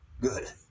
good